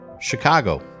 Chicago